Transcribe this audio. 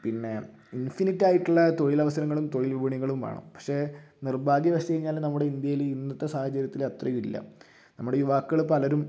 പിന്നെ ഇൻഫിനിറ്റ് ആയിട്ടുള്ള തൊഴിലവസരങ്ങളും തൊഴിൽ വിപണികളും വേണം പക്ഷെ നിർഭാഗ്യവശാൽ നമ്മുടെ ഇന്ത്യയിൽ ഇന്നത്തെ സാഹചര്യത്തിൽ അത്രയും ഇല്ല നമ്മുടെ ഈ വാക്കുകൾ പലരും